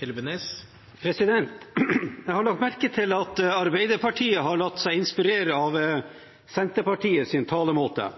Jeg har lagt merke til at Arbeiderpartiet har latt seg inspirere av Senterpartiets talemåte.